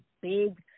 big